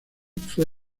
fue